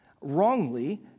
wrongly